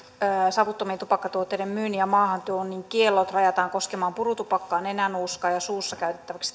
savuttomien tupakkatuotteiden myynnin ja maahantuonnin kiellot rajataan koskemaan purutupakkaa nenänuuskaa ja suussa käytettäväksi